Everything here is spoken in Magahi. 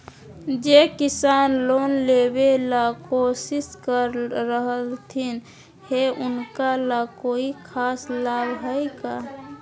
जे किसान लोन लेबे ला कोसिस कर रहलथिन हे उनका ला कोई खास लाभ हइ का?